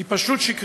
אנחנו מכירים,